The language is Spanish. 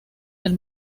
del